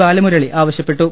ബാലമുരളി ആവശ്യപ്പെട്ടു